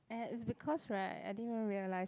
ya it's because right I didn't even realise